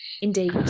Indeed